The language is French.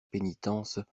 pénitences